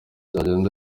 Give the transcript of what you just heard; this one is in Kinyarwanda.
cyagenze